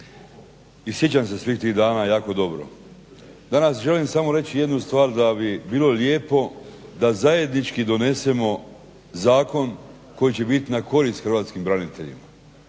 i sjećam se svih tih dana jako dobro. Danas želim samo reći jednu stvar, da bi bilo lijepo da zajednički donesemo zakon koji će biti na korist hrvatskim braniteljima.